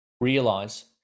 realize